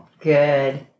good